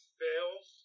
fails